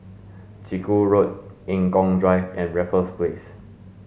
Chiku Road Eng Kong Drive and Raffles Place